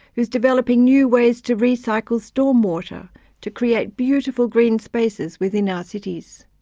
who is developing new ways to recycle storm water to create beautiful green spaces within our cities.